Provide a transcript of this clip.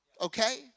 Okay